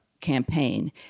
campaign